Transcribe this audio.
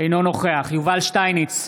אינו נוכח יובל שטייניץ,